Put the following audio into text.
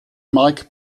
mark